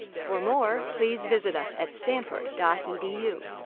for more please visit us at stanford dot edu